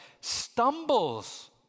stumbles